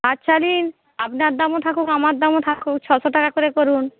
আচ্ছা দিন আপনার দামও থাকুক আমার দামও থাকুক ছশো টাকা করে করুন